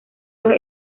los